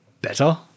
better